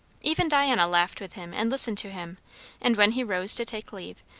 even diana laughed with him and listened to him and when he rose to take leave,